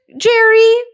Jerry